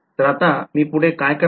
तर आता मी पुढे काय करणार